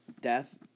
death